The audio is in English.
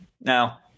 Now